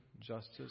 justice